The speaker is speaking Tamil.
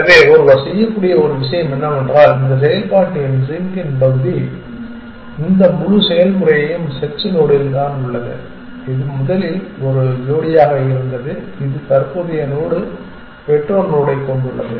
எனவே ஒருவர் செய்யக்கூடிய ஒரு விஷயம் என்னவென்றால் இந்த செயல்பாட்டு ஜிங்கின் பகுதி இந்த முழு செயல்முறையும் செர்ச் நோடில்தான் உள்ளது இது முதலில் ஒரு ஜோடியாக இருந்தது இது தற்போதைய நோடு பெற்றோர் நோடைக் கொண்டுள்ளது